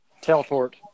Teleport